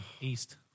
East